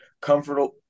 comfortable –